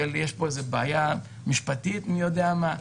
שיש פה איזו בעיה משפטית מי יודע מה.